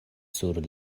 sur